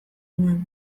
nuen